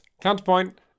counterpoint